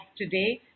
today